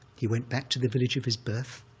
he went back to the village of his birth,